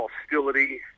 hostility